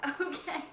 Okay